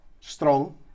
Strong